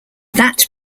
that